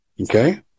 okay